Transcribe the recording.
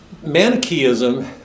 Manichaeism